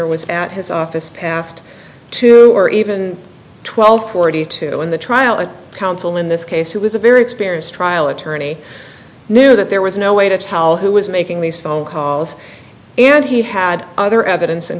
petitioner was at his office past two or even twelve forty two in the trial of counsel in this case he was a very experienced trial attorney knew that there was no way to tell who was making these phone calls and he had other evidence